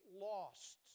lost